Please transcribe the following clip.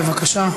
בבקשה.